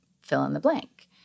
fill-in-the-blank